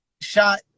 shot